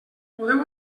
podeu